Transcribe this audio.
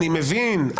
אני מבין,